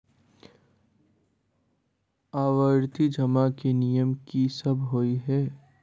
आवर्ती जमा केँ नियम की सब होइ है?